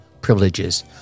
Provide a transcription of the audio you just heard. privileges